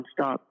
nonstop